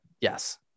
Yes